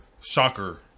Shocker